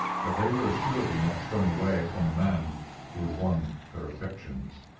but they were assuredly not thrown away upon the man who had won her affections.